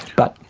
but,